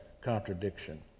contradiction